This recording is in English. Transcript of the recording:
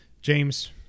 james